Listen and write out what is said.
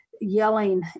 yelling